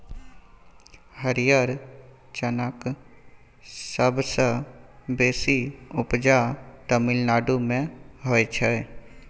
हरियर चनाक सबसँ बेसी उपजा तमिलनाडु मे होइ छै